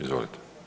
Izvolite.